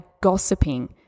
gossiping